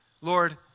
Lord